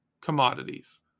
commodities